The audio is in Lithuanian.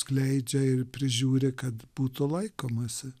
skleidžia ir prižiūri kad būtų laikomasi